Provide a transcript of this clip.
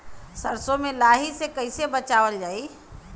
सरसो में लाही से कईसे बचावल जाई?